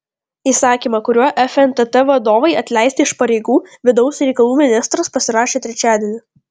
įsakymą kuriuo fntt vadovai atleisti iš pareigų vidaus reikalų ministras pasirašė trečiadienį